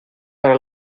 para